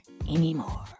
anymore